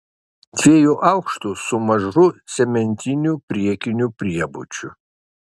dviejų aukštų su mažu cementiniu priekiniu priebučiu